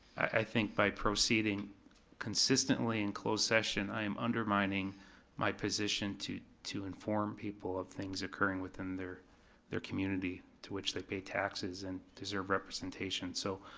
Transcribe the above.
i think by proceeding consistently in closed session, i am undermining my position to to inform people of things occurring within their their community, to which they pay taxes and deserve representation, so,